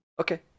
Okay